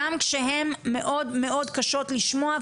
גם כשהם קשות מאוד מאוד לשמוע.